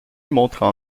montrent